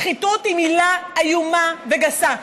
שחיתות היא מילה איומה וגסה,